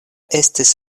estis